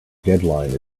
deadline